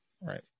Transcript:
Right